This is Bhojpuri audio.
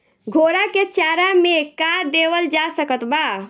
घोड़ा के चारा मे का देवल जा सकत बा?